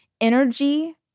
energy